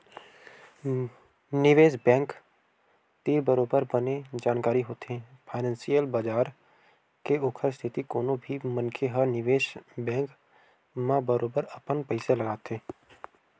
निवेस बेंक तीर बरोबर बने जानकारी होथे फानेंसियल बजार के ओखर सेती कोनो भी मनखे ह निवेस बेंक म बरोबर अपन पइसा लगाथे